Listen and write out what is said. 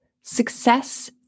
success